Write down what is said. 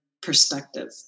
perspective